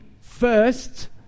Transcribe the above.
first